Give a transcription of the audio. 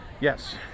Yes